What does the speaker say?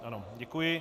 Ano, děkuji.